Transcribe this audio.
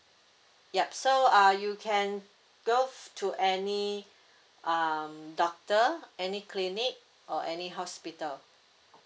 yup so uh you can go to any um doctor any clinic or any hospital